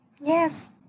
Yes